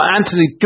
Anthony